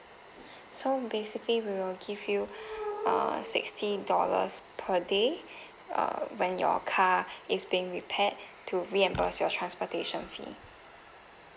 so basically we will give you uh sixty dollars per day uh when your car is being repaired to reimburse your transportation fee